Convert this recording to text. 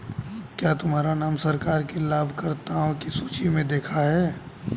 क्या तुम्हारा नाम सरकार की लाभकर्ता की सूचि में देखा है